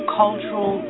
cultural